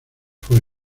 fue